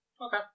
Okay